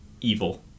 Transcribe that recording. evil